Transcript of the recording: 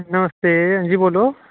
नमस्ते अंजी बोल्लो